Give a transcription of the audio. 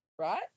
right